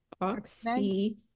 Oxy